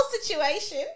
situation